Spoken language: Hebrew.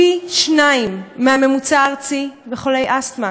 פי-שניים מהממוצע הארצי של ילדים חולי אסטמה.